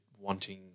wanting